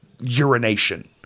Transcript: urination